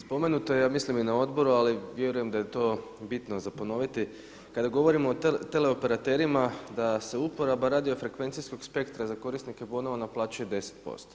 Spomenuto je ja mislim i na odboru, ali vjerujem da je to bitno za ponoviti kada govorimo o teleoperaterima da se uporaba radio frekvencijskog spektra za korisnike bonova naplaćuje 10%